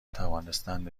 توانستند